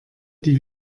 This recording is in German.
die